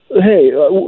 Hey